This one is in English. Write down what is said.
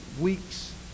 weeks